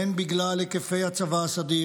הן בגלל היקפי הצבא הסדיר,